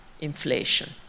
inflation